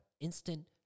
instant